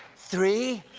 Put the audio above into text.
three?